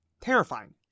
terrifying